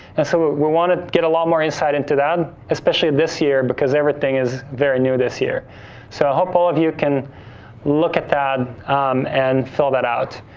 and so, we wanna get a lot more insight into that, especially this year because everything is very new this year so i hope all of you can look at that and fill that out.